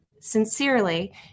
sincerely